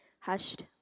hushed